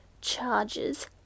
charges